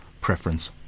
preference